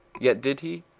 yet did he,